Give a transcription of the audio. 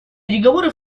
переговоры